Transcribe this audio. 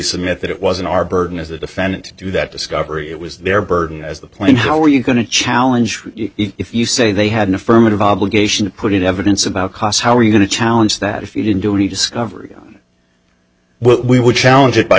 submit that it was in our burden as a defendant to do that discovery it was their burden as the plane how are you going to challenge it if you say they had an affirmative obligation to put in evidence about cost how are you going to challenge that if you didn't do any discovery we would challenge it by